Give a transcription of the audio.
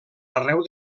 arreu